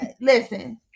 Listen